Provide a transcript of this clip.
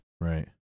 Right